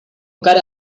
cara